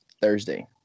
thursday